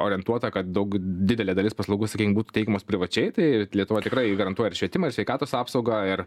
orientuota kad daug didelė dalis paslaugų sakykim būtų teikiamos privačiai tai lietuva tikrai garantuoja ir švietimą ir sveikatos apsaugą ir